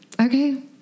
Okay